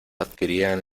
adquirían